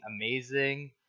amazing